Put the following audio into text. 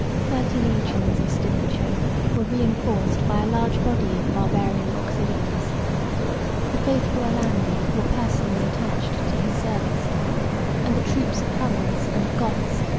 the thirty legions of stilicho were reenforced by a large body of barbarian auxiliaries the faithful alani were personally attached to his service and the troops of huns and of goths,